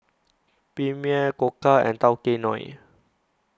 Premier Koka and Tao Kae Noi